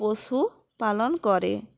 পশু পালন করে